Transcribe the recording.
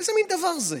איזה מין דבר זה?